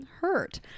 hurt